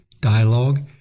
dialogue